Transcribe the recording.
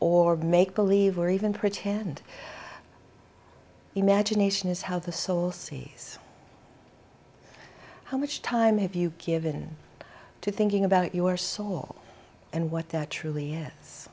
or make believe or even pretend imagination is how the soul sees how much time have you given to thinking about your soul and what that truly is